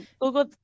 google